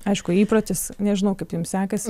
aišku įprotis nežinau kaip jum sekasi